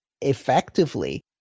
effectively